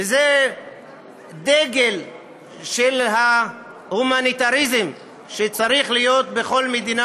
וזה דגל של ההומניטריזם שצריך להיות בכל מדינה,